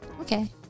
Okay